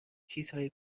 چیزهای